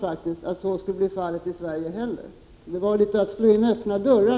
Det Lars Bäckström ägnade sig åt var därför att slå in öppna dörrar.